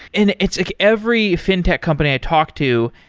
and it's like every fintech company i talk to,